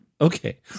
Okay